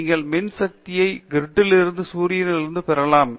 நீங்கள் மின் சக்தியை க்ரிட்டில் இருந்து சூரியனிலிருந்து பெறலாம்